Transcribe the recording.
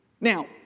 Now